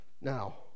Now